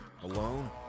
alone